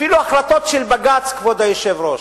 אפילו החלטות של בג"ץ, כבוד היושב-ראש.